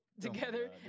together